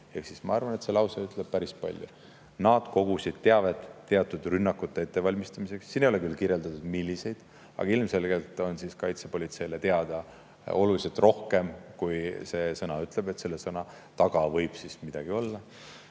ka toime. Ma arvan, et see lause ütleb päris palju: nad kogusid teavet teatud rünnakute ettevalmistamiseks. Siin ei ole küll kirjeldatud, milliste [rünnakute], aga ilmselgelt on kaitsepolitseile teada oluliselt rohkem, kui see sõna ütleb, selle sõna taga võib midagi olla.